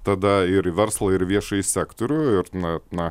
tada ir į verslą ir į viešąjį sektorių ir na na